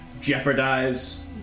jeopardize